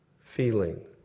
feeling